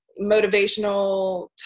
motivational